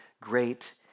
great